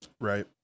Right